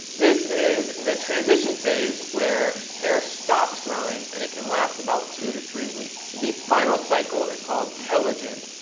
this is the transition phase where hair stops growing and it can last about two to three weeks. the final cycle is called telogen.